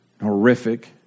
horrific